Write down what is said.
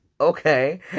Okay